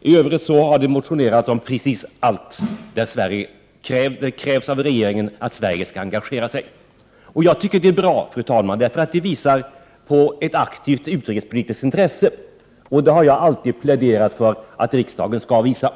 I övrigt har det motionerats om precis allt, och det krävs av regeringen att Sverige skall engagera sig. Jag tycker att det är bra, fru talman, för det visar på ett aktivt utrikespolitiskt intresse, och det har jag alltid pläderat för att riksdagen skall visa.